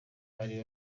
bari